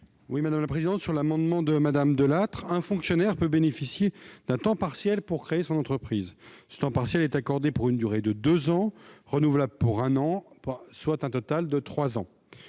Quel est l'avis de la commission ? Un fonctionnaire peut bénéficier d'un temps partiel pour créer son entreprise. Ce temps partiel est accordé pour une durée de deux ans, renouvelable pour un an, soit un total de trois ans.